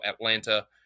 Atlanta